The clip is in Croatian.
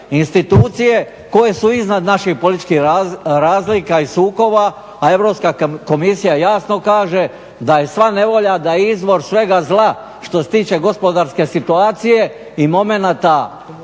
institucije koje su iznad naših političkih razlika i sukoba. A Europska komisija jasno kaže da je sva nevolja, da je izvor svega zla što se tiče gospodarske situacije i momenata